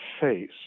face